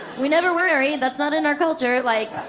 we never worry. that's not in our culture. like